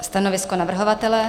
Stanovisko navrhovatele?